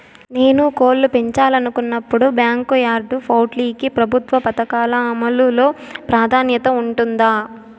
నేను కోళ్ళు పెంచాలనుకున్నపుడు, బ్యాంకు యార్డ్ పౌల్ట్రీ కి ప్రభుత్వ పథకాల అమలు లో ప్రాధాన్యత ఉంటుందా?